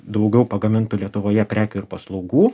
daugiau pagamintų lietuvoje prekių ir paslaugų